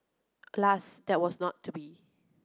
alas that was not to be